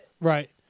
Right